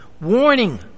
warning